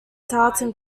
tartan